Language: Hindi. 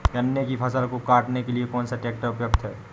गन्ने की फसल को काटने के लिए कौन सा ट्रैक्टर उपयुक्त है?